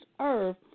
earth